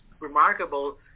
remarkable